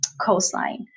coastline